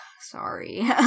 sorry